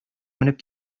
менеп